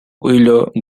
willow